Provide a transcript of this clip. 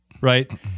right